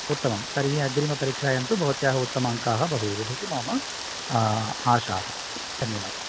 उत्तमं तर्हि अग्रिमपरीक्षायां तु भवत्याः उत्तमाङ्काः भवेयुः इति मम आशाः धन्यवादाः